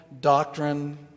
doctrine